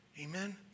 Amen